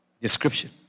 description